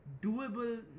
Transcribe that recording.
Doable